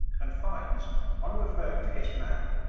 and finds on referring to his map,